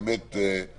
לא